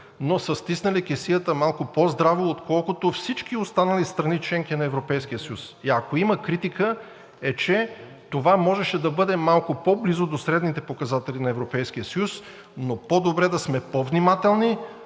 но са стиснали кесията малко по-здраво, отколкото всички останали страни – членки на Европейския съюз. Ако има критика, е, че това можеше да бъде малко по-близо до средните показатели на Европейския съюз, но по-добре да сме по внимателни,